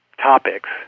topics